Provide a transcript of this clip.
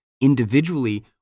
individually